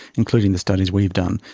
including the studies we've done,